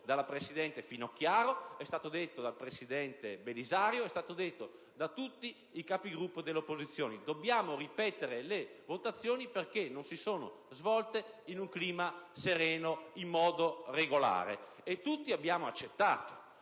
dalla presidente Finocchiaro, dal presidente Belisario e da tutti i Capigruppo dell'opposizione: dobbiamo ripetere le votazioni perché non si sono svolte in un clima sereno, in modo regolare. E tutti abbiamo accettato.